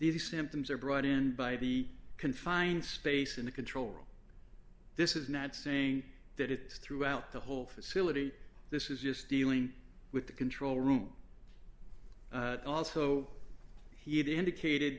these symptoms are brought in by the confined space in the control room this is not saying that it is throughout the whole facility this is just dealing with the control room also he had indicated